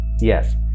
Yes